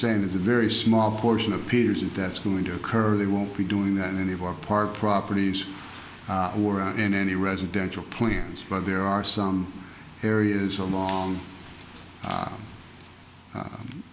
saying it's a very small portion of peters and that's going to occur they won't be doing that in any of our part properties were in any residential plans but there are some areas along